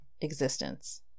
existence